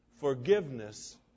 forgiveness